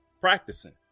practicing